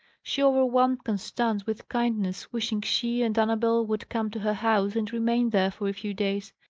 she overwhelmed constance with kindness, wishing she and annabel would come to her house and remain there for a few days.